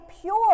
pure